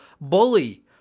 Bully